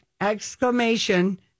Exclamation